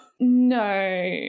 no